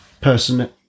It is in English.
person